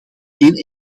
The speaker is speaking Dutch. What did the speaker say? geen